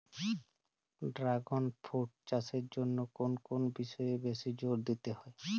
Dragon fruit চাষের জন্য কোন কোন বিষয়ে বেশি জোর দিতে হয়?